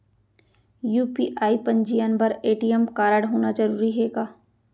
UPI पंजीयन बर ATM कारडहोना जरूरी हे का?